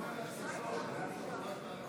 ההסתייגות לא התקבלה.